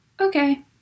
okay